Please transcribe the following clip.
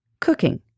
cooking